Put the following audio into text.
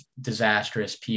disastrous